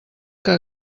que